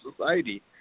society